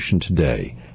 today